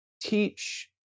teach